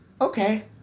Okay